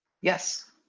Yes